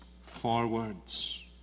forwards